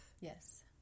Yes